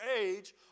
age